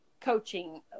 coaching